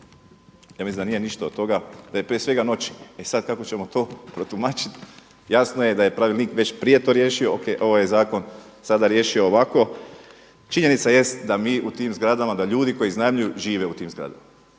Ja mislim da nije ništa od toga, da je prije svega … E sada kako ćemo to protumačiti jasno je da je pravilnik već prije to riješio ovaj zakon sada riješio ovako. Činjenica jest da mi u tim zgradama, da ljudi koji iznajmljuju žive u tim zgradama